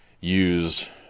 use